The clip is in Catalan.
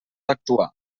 actuar